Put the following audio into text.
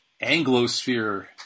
Anglosphere